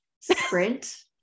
sprint